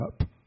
up